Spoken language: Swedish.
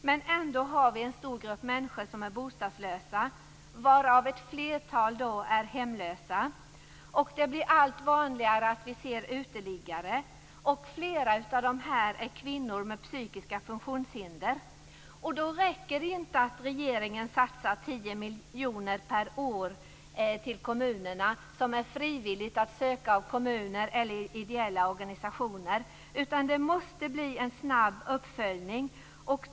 Men ändå har vi en stor grupp människor som är bostadslösa, varav ett flertal är hemlösa. Det blir allt vanligare att vi ser uteliggare. Flera av dem är kvinnor med psykiska funktionshinder. Då räcker det inte att regeringen satsar 10 miljoner kronor per år till kommunerna. Det är frivilligt för kommunerna eller ideella organisationer att söka dessa medel. Det måste bli en snabb uppföljning.